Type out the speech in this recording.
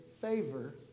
favor